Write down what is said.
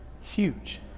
Huge